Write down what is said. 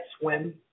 swim